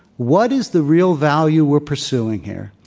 what is the real value we're pursuing here?